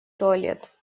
туалет